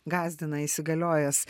gąsdina įsigaliojęs